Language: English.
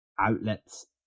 outlets